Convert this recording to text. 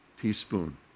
Teaspoon